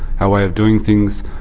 our way of doing things,